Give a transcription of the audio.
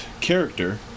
character